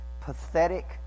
pathetic